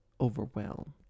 Overwhelmed